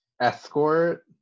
escort